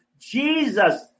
Jesus